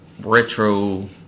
retro